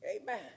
Amen